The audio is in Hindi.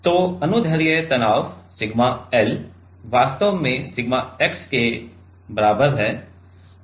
तो अनुदैर्ध्य तनाव सिग्मा L वास्तव में सिग्मा x के बराबर है